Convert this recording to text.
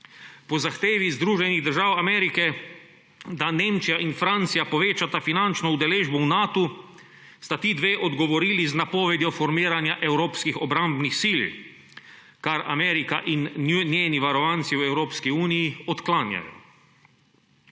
Po zahtevi Združenih držav Amerike, da Nemčija in Francija povečata finančno udeležbo v Natu, sta ti dve odgovorili z napovedjo formiranja evropskih obrambnih sil, kar Amerika in njeni varovanci v Evropski uniji odklanjajo.